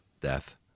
death